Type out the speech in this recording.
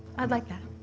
i'd like that.